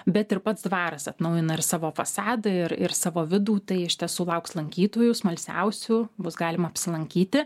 bet ir pats dvaras atnaujina ir savo fasadą ir savo vidų tai iš tiesų sulauks lankytojų smalsiausių bus galima apsilankyti